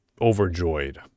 overjoyed